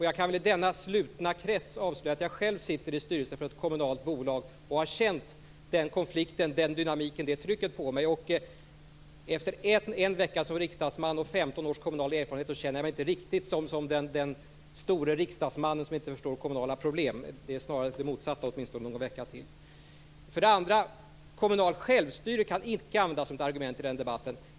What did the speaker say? Jag kan väl i denna slutna krets avslöja att jag själv sitter i styrelsen för ett kommunalt bolag och har känt konflikten, dynamiken och trycket på mig. Efter en vecka som riksdagsman och med 15 års kommunal erfarenhet känner jag mig inte riktigt som den store riksdagsmannen som inte förstår kommunala problem. Det är snarare fråga om det motsatta, åtminstone någon vecka till. Kommunalt självstyre kan inte användas som argument i den här debatten.